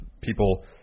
people